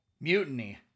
Mutiny